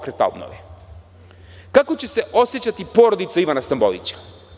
Kako će se osećati porodica Ivana Stambolića?